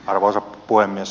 arvoisa puhemies